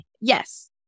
Yes